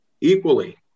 equally